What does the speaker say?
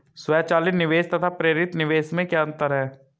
स्वचालित निवेश तथा प्रेरित निवेश में क्या अंतर है?